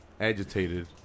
Agitated